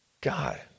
God